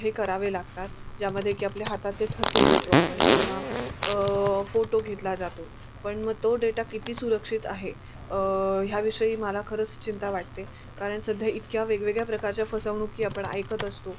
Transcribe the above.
हे करावे लागतात ज्यामध्ये की आपले हाताचे ठसे घेतो आपण किंवा फोटो घेतला जातो पण मग तो डेटा किती सुरक्षित आहे ह्याविषयी मला खरंच चिंता वाटते कारण सध्या इतक्या वेगवेगळ्या प्रकारच्या फसवणुकी आपण ऐकत असतो